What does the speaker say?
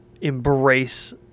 embrace